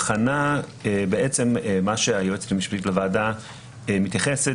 מה שהיועצת המשפטית של הוועדה מתייחסת